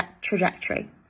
trajectory